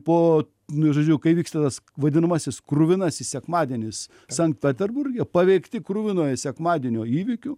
po nu žodžiu kai vyksta tas vadinamasis kruvinasis sekmadienis sankt peterburge paveikti kruvinojo sekmadienio įvykių